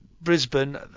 Brisbane